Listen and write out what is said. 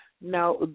now